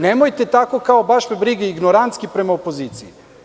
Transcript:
Nemojte tako kao – baš me briga, ignorantski prema opoziciji.